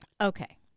Okay